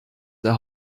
der